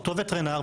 אותו וטרינר,